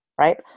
Right